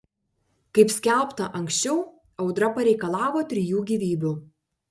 kaip skelbta anksčiau audra pareikalavo trijų gyvybių